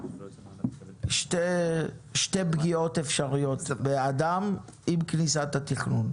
שתי פגיעות אפשריות באדם עם כניסת התכנון,